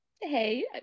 Hey